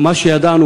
מה שידענו,